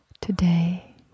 Today